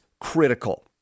critical